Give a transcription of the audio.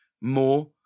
more